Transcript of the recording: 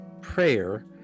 prayer